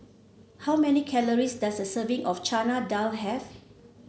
how many calories does a serving of Chana Dal have